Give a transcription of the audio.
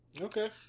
Okay